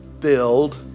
build